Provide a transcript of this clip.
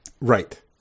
Right